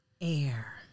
air